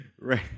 right